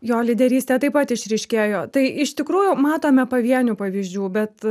jo lyderystė taip pat išryškėjo tai iš tikrųjų matome pavienių pavyzdžių bet